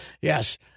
Yes